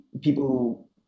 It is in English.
people